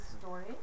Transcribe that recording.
story